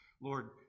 Lord